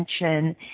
attention